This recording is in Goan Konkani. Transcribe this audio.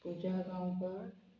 पुजा गांवकार